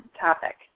topic